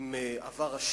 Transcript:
עם עבר עשיר.